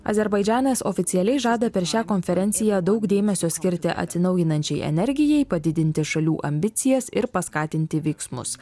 azerbaidžanas oficialiai žada per šią konferenciją daug dėmesio skirti atsinaujinančiai energijai padidinti šalių ambicijas ir paskatinti veiksmus